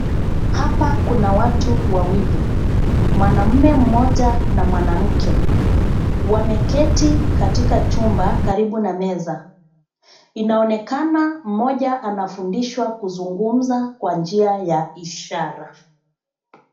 Hapa kuna watu wawili, mwanaume mmoja na mwanamke. Wameketi katika chumba karibu na meza. Inaonekana mmoja anafundishwa kuzungumza kwa njia ya ishara.